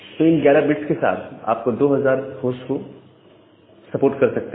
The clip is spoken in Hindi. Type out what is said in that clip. तो इन 11 बिट्स के साथ आप 2000 होस्ट को सपोर्ट कर सकते हैं